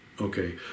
Okay